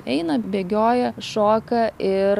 eina bėgioja šoka ir